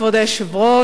כבוד היושב-ראש,